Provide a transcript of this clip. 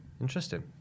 interesting